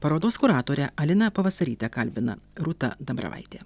parodos kuratorę aliną pavasarytę kalbina rūta dambravaitė